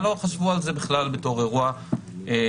לא חשבו על זה בכלל כאירוע דרמטי.